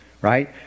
right